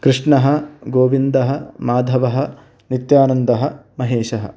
कृष्णः गोविन्दः माधवः नित्यानन्दः महेशः